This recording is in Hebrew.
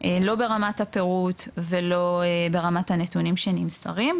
לא ברמת הפירוט ולא ברמת הנתונים שנמסרים,